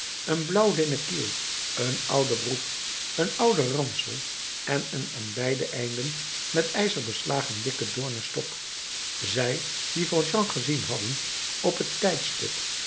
een blauwlinnen kiel een oude broek een oude ransel en een aan beide einden met ijzer beslagen dikke doornen stok zij die jean valjean gezien hadden op het tijdstip